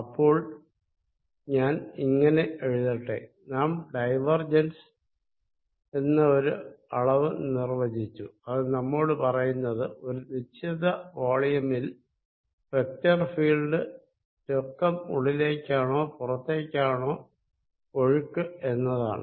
അപ്പോൾ ഞാൻ ഇങ്ങനെ എഴുതട്ടെ നാം ഡൈവർജൻസ് എന്ന ഒരു അളവ് നിർവചിച്ചു അത് നമ്മോട് പറയുന്നത് ഒരു നിശ്ചിത വോളിയമിൽ വെക്ടർ ഫീൽഡിന് രൊക്കം ഉള്ളിലേക്കാണോ പുറത്തേക്കാണോ ഒഴുക്ക് എന്നതാണ്